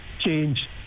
change